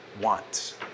want